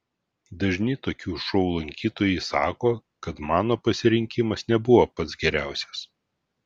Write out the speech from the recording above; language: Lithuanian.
dažni tokių šou lankytojai sako kad mano pasirinkimas nebuvo pats geriausias